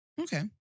Okay